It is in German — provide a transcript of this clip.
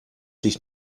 dich